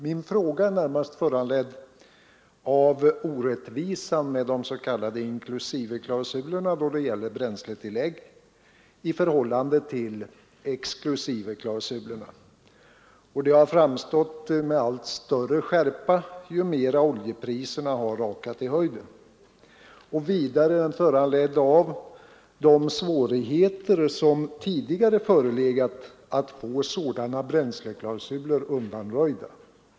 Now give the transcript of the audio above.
Min fråga är närmast föranledd av att orättvisan med de s.k. inklusiveklausulerna då det gäller bränsletillägg — i förhållande till exklusiveklausulerna — framstått med allt större skärpa ju mera oljepriserna har rakat i höjden. Vidare är den föranledd av de svårigheter som tidigare förelegat att få sådana bränsleklausuler undanröjda.